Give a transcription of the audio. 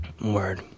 Word